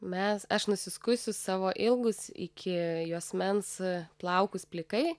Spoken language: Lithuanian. mes aš nusiskusiu savo ilgus iki juosmens plaukus plikai